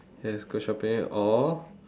yes go shopping or